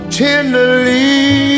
tenderly